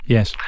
Yes